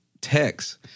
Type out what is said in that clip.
text